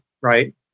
right